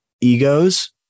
egos